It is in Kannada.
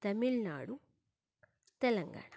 ತಮಿಳು ನಾಡು ತೆಲಂಗಾಣ